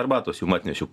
arbatos jum atnešiau